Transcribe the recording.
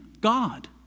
God